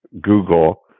Google